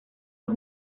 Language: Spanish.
los